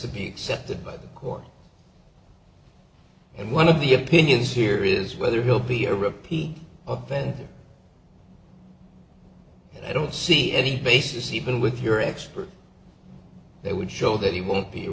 to be excepted by the court and one of the opinions here is whether he'll be a repeat of ben i don't see any basis even with your expert that would show that he won't be a